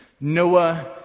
Noah